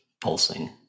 pulsing